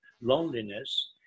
loneliness